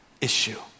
issue